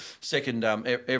second